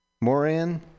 Moran